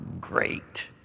great